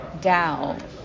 DAO